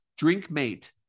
Drinkmate